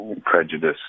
prejudice